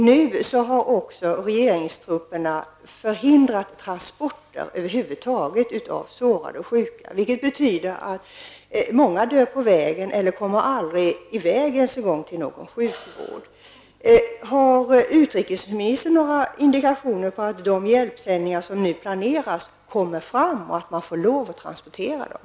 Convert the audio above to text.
Nu har regeringstrupperna också förhindrat alla transporter över huvud taget, även av sårade och sjuka, vilket betyder att många dör på vägen eller aldrig ens kommer i väg till någon sjukvård. Har utrikesministern några indikationer på att de hjälpsändningar som nu planeras kommer fram och att man får lov att transportera dem?